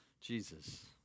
Jesus